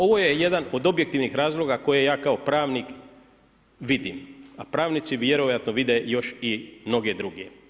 Ovo je jedan od objektivnih razloga koje ja kao pravnik vidim, a pravnici vjerojatno vide još i mnoge druge.